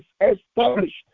established